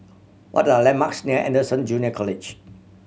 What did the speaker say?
what are landmarks near Anderson Junior College